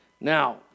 Now